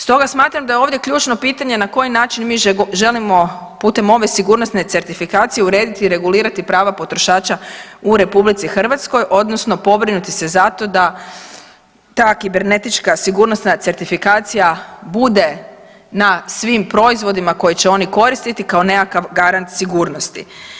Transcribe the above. Stoga smatram da je ovdje ključno pitanje na koji način mi želimo putem ove sigurnosne certifikacije urediti i regulirati prava potrošača u RH odnosno pobrinuti se za to da ta kibernetička sigurnosna certifikacija bude na svim proizvodima koje će oni koristiti kao nekakav garant sigurnosti.